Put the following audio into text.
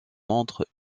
montre